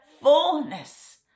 fullness